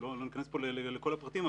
לא ניכנס פה לכל הפרטים,